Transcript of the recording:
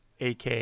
AK